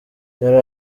yari